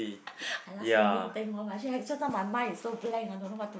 I last minute think of actually I just now my mind is so blank I don't know what to